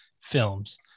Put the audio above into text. films